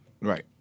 Right